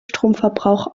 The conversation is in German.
stromverbrauch